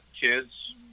kids